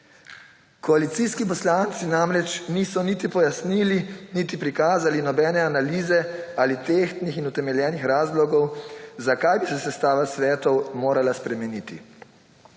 Koalicijski poslanci namreč niso niti pojasnili niti prikazali nobene analize ali tehtnih in utemeljenih razlogov, zakaj bi se sestava svetov morala spremeniti.